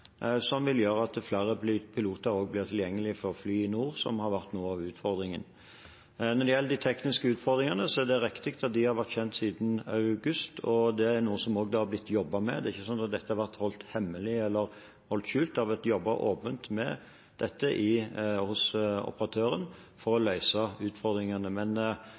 den vil gjøre at flere piloter blir tilgjengelige for å fly i nord, som har vært noe av utfordringen. Når det gjelder de tekniske utfordringene, er det riktig at de har vært kjent siden august, og det er noe det har blitt jobbet med. Det er ikke sånn at dette har vært holdt hemmelig eller skjult. Det har vært jobbet åpent med dette hos operatøren for å løse utfordringene, men